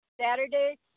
Saturday